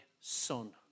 son